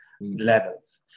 levels